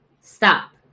Stop